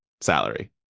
salary